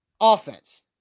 Offense